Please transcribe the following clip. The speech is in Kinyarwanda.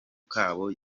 kabo